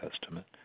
Testament